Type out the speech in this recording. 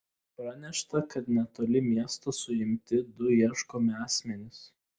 pranešta kad netoli miesto suimti du ieškomi asmenys